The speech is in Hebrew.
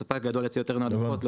וספק גדול יציע יותר הנחות --- הבנתי,